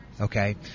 Okay